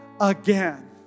again